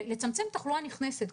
ולצמצם תחלואה נכנסת.